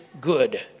good